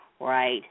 right